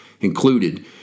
included